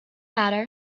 matter